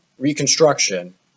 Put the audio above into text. reconstruction